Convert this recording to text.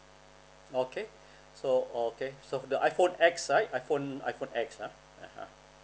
okay so okay so the iphone X right iphone iphone X ah (uh huh)